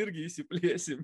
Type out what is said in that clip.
irgi išsiplėsim